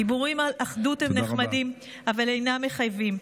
דיבורים על אחדות הם נחמדים, תודה רבה.